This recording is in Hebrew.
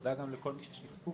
תודה לכל מי ששיתפו